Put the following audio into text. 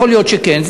יכול להיות שכן,